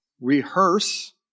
rehearse